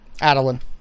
Adeline